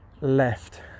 left